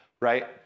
right